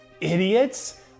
Idiots